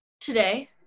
Today